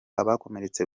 abakomeretse